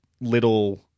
little